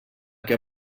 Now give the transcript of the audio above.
que